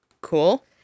Cool